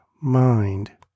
mind